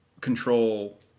control